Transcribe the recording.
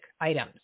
items